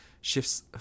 shifts